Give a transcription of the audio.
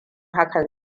hakan